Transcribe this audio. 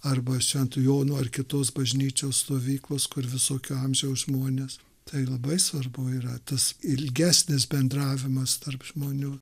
arba švento jono ar kitos bažnyčios stovyklos kur visokio amžiaus žmones tai labai svarbu yra tas ilgesnis bendravimas tarp žmonių